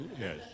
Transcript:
Yes